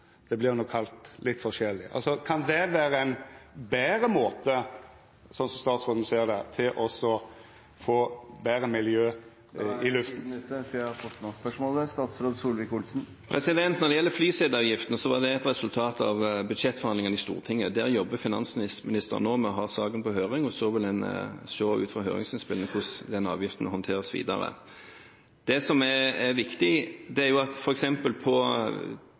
litt forskjellige ting? Kan det vera ein betre måte – sånn statsråden ser det – til å få betre miljø i lufta? Når det gjelder flyseteavgiften, var det et resultat av budsjettforhandlingene i Stortinget. Finansministeren jobber nå med å ha den saken på høring, og så vil en ut ifra høringsinnspillene se hvordan den avgiften skal håndteres videre. Det viktige er at man f.eks. når det gjelder diesellastebiler, har fått en avgiftsfordel på